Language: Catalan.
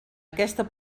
aquesta